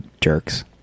jerks